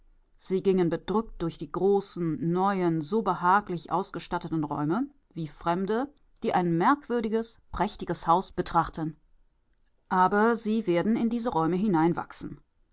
sie gingen bedrückt durch die großen neuen so behaglich ausgestatteten räume wie fremde die ein merkwürdiges prächtiges haus betrachten aber sie werden in diese räume